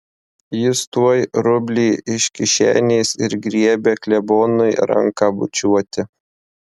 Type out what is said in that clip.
jis tuoj rublį iš kišenės ir griebia klebonui ranką bučiuoti